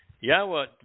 Yahweh